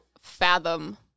fathom